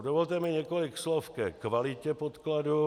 Dovolte mi několik slov ke kvalitě podkladu.